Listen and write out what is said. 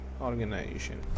organization